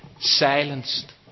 silenced